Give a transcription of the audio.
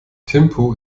thimphu